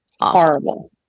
Horrible